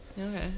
Okay